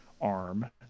arm